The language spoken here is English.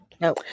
No